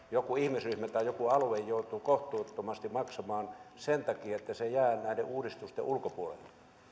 joku ihmisryhmä tai joku alue joutuu kohtuuttomasti maksamaan sen takia että se jää näiden uudistusten ulkopuolelle